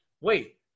wait